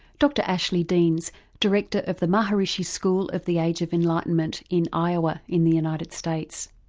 dr ashley deans director of the maharishi school of the age of enlightenment in iowa in the united states.